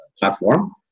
platform